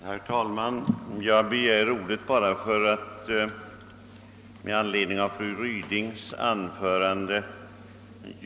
Herr talman! Jag begärde ordet för ett kort klarläggande i anledning av fru Rydings anförande.